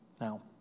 Now